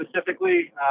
specifically